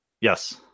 Yes